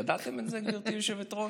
ידעתם את זה, גברתי היושבת-ראש?